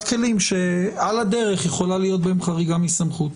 כלים שעל הדרך יכולה להיות בהם חריגה מסמכות.